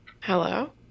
Hello